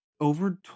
over